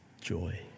joy